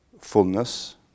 fullness